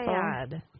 sad